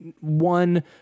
one